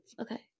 Okay